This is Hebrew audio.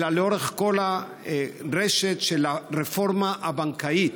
אלא לאורך כל הרשת של הרפורמה הבנקאית?